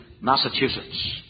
Massachusetts